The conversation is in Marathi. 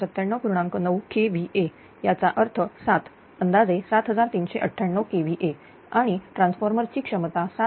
9 kVA याचा अर्थ 7 अंदाजे 7398kVA आणि ट्रान्सफॉर्मर ची क्षमता 7200kVA